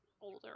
older